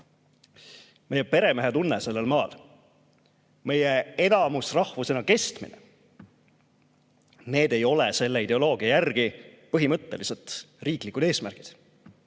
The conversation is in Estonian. meie peremehetunne sellel maal, meie enamusrahvusena kestmine – need ei ole selle ideoloogia järgi põhimõttelised riiklikud eesmärgid.